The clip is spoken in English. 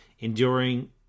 enduring